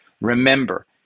Remember